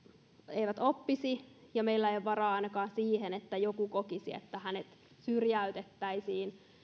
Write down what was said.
eivät oppisi ja meillä ei ole varaa ainakaan siihen että joku kokisi että hänet syrjäytettäisiin